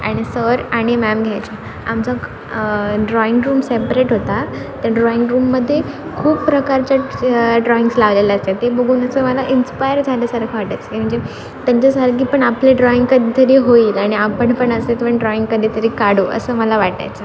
आणि सर आणि मॅम घ्यायचे आमचा ख् ड्रॉइंग रूम सेप्रेट होता तर ड्रॉइंग रूममधे खूप प्रकारचे ड्रॉइंगस् लागलेले असायचे ते बघून असं मला इन्स्पायर झाल्यासारखं वाटायचं म्हणजे त्यांच्या सारखी पण आपली ड्रॉइंग कधी तरी होईल आणि आपण पण असं ड्रॉइंग कधी तरी काढू असं मला वाटायचं